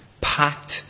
packed